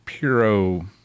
Puro